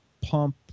pump